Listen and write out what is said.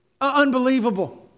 Unbelievable